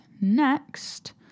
next